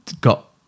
got